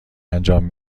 انجام